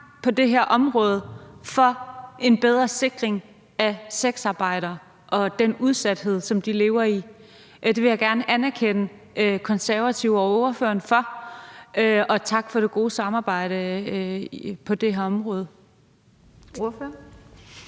på det her område for en bedre sikring af sexarbejdere og den udsathed, som de lever i. Det vil jeg gerne anerkende Konservative og ordføreren for. Tak for det gode samarbejde på det her område.